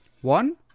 One